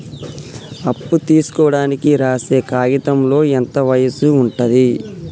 అప్పు తీసుకోనికి రాసే కాయితంలో ఎంత వయసు ఉంటది?